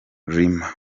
lima